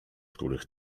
których